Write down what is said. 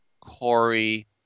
Corey